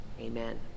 Amen